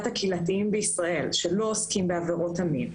הקהילתיים בישראל שלא עוסקים בעבירות המין.